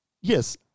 yes